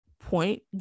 point